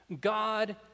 God